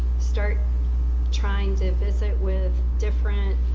start trying to visit with different